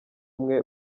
umwe